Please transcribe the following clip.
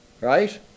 Right